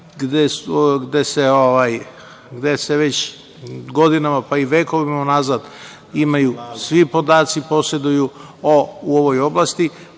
gde se već godinama, pa i vekovima unazad imaju svi podaci u ovoj oblasti.